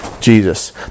Jesus